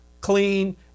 clean